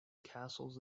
castles